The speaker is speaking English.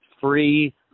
free